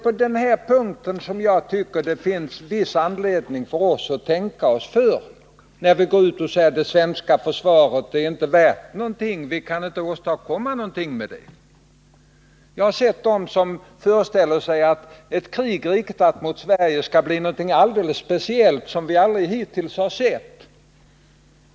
På den här punkten tycker jag att det finns viss anledning att tänka sig för innan man säger att det svenska försvaret inte är värt någonting och att vi inte kan åstadkomma någonting med det. Det finns de som föreställer sig att ett krig riktat mot Sverige kommer att bli någonting alldeles speciellt, någonting som vi hittills aldrig har sett någonstans i världen.